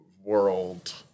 world